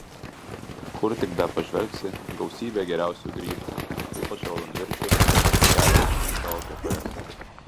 kur tik bepažvelgsi gausybė geriausių grybų ypač raudonviršių kelia aukštyn savo kepures